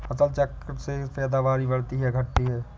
फसल चक्र से पैदावारी बढ़ती है या घटती है?